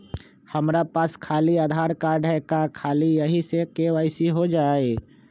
हमरा पास खाली आधार कार्ड है, का ख़ाली यही से के.वाई.सी हो जाइ?